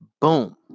Boom